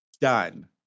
Done